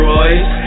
Royce